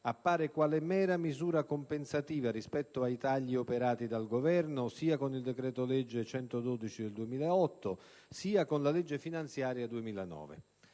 appare quale mera misura compensativa rispetto ai tagli operati dal Governo sia con il decreto-legge n. 112 del 2008 sia con la legge finanziaria per